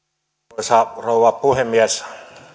arvoisa rouva puhemies